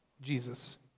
Jesus